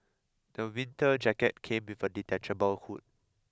the winter jacket came with a detachable hood